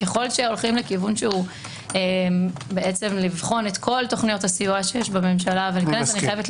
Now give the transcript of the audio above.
ככל שהולכים לכיוון של בחינת כל תכניות הסיוע בממשלה -- אני מסכים.